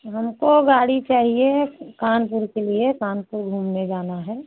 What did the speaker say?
हमको गाड़ी चाहिए कानपुर के लिए कानपुर घूमने जाना है